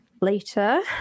Later